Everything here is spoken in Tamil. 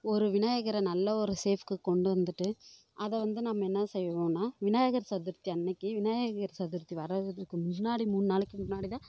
ஒரு விநாயகரை நல்ல ஒரு சேஃப்கு கொண்டு வந்துட்டு அதை வந்து நம்ம என்ன செய்வோம்னா விநாயகர் சதுர்த்தி அன்றைக்கு விநாயகர் சதுர்த்தி வர்றதுக்கு முன்னாடி மூணு நாளைக்கு முன்னாடிதான்